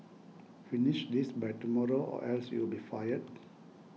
finish this by tomorrow or else you'll be fired